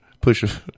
push